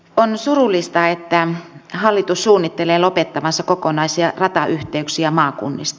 on surullista että hallitus suunnittelee lopettavansa kokonaisia ratayhteyksiä maakunnista